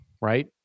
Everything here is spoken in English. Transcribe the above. Right